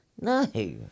No